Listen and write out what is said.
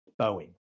Boeing